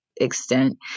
extent